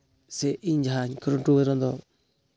ᱥᱮ ᱤᱧ ᱡᱟᱦᱟᱸᱧ ᱠᱩᱨᱩᱢᱩᱴᱩᱭᱟ ᱚᱱᱟᱫᱚ